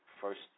first